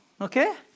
okay